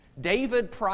David